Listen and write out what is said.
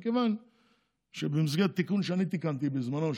מכיוון שבמסגרת התיקון שאני תיקנתי בזמנו,